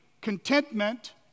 contentment